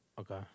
Okay